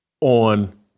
on